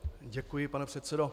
Děkuji, pane předsedo.